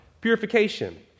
Purification